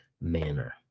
manner